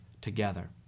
together